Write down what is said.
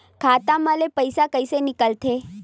खाता मा ले पईसा कइसे निकल थे?